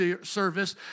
service